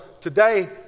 today